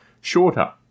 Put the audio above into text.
shorter